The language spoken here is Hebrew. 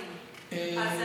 בן 25, אני לא רוצה להגיד לאן.